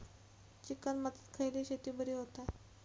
Chicken मातीत खयली शेती बरी होता?